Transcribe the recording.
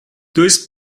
dois